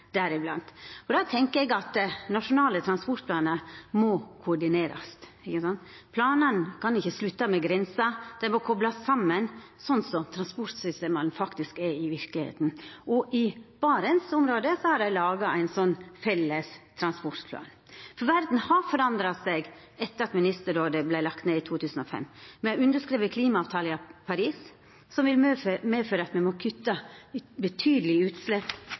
deriblant. Då tenkjer eg at nasjonale transportplanar må koordinerast. Planane kan ikkje slutta ved grensa. Dei må koplast saman, slik som transportsystema er i røynda. I Barentsområdet har dei laga ein felles transportplan. Verda har endra seg etter at ministerrådet vart lagt ned i 2005. Me har underskrive klimaavtalen i Paris, som vil medføra at me må kutta betydelege utslepp